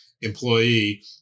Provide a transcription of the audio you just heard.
employee